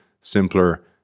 simpler